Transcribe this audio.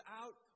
out